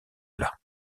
plat